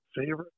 Favorite